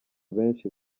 benshi